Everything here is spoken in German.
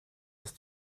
ist